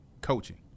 coaching